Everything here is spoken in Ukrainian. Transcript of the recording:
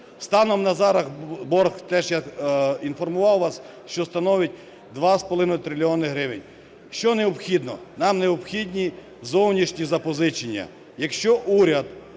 Станом на зараз борг, теж я інформував вас, що становить 2,5 трильйона гривень. Що необхідно? Нам необхідні зовнішні запозичення. Якщо уряд